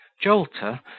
Jolter